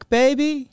baby